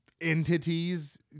entities